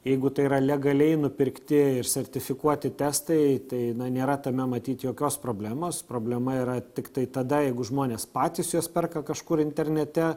jeigu tai yra legaliai nupirkti ir sertifikuoti testai tai nėra tame matyt jokios problemos problema yra tiktai tada jeigu žmonės patys juos perka kažkur internete